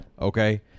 okay